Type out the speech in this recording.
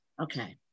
Okay